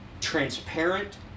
Transparent